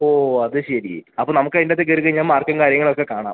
ഓ അത് ശരി അപ്പോൾ നമുക്ക് അതിന്റകത്ത് കയറി കഴിഞ്ഞാൽ മാർക്കും കാര്യങ്ങളൊക്കെ കാണാൻ